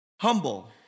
Humble